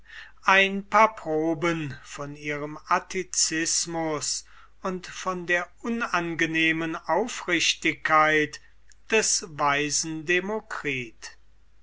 ein paar proben von ihrem atticismus und von der unangenehmen aufrichtigkeit des weisen